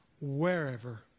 Wherever